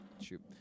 Shoot